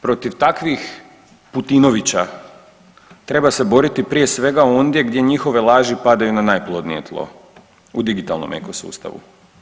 Protiv takvih Putinovića treba se boriti prije svega ondje gdje njihove laži padaju na najplodnije tlo, u digitalnom eko sustavu.